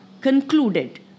concluded